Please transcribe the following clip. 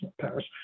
Paris